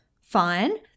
fine